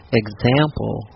example